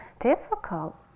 difficult